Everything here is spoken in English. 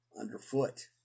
underfoot